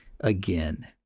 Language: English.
again